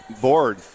board